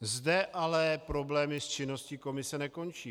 Zde ale problémy s činností komise nekončí.